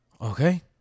Okay